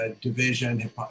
division